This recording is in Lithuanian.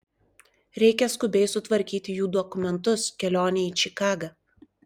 reikia skubiai sutvarkyti jų dokumentus kelionei į čikagą